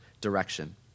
direction